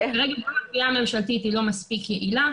כרגע גם הגבייה הממשלתית היא לא מספיק יעילה,